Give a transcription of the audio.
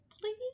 please